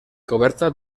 coberta